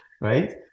Right